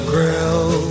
Grill